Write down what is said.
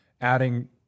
adding